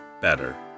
better